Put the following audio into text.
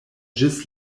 ĝis